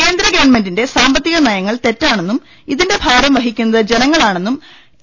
കേന്ദ്ര ഗവൺമെന്റിന്റെ സാമ്പത്തികൾ നയങ്ങൾ തെറ്റാ ണെന്നും ഇതിന്റെ ഭാരം വഹിക്കുന്നത് ജനങ്ങളാണെന്നും എ